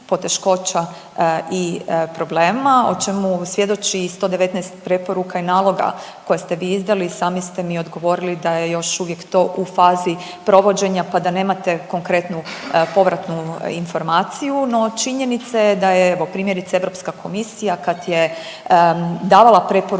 i problema o čemu svjedoči i 119 preporuka i naloga koje ste vi izdali. I sami ste mi odgovorili da je još uvijek to u fazi provođenja, pa da nemate konkretnu povratnu informaciju. No, činjenica je da evo primjerice Europska komisija kad je davala preporuke